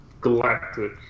Galactic